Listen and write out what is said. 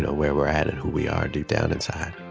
ah where we're at and who we are, deep down inside